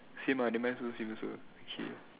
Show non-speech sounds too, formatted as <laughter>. same ah then mine okay <noise>